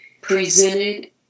presented